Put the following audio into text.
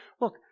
look